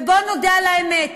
ובואו נודה על האמת,